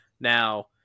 Now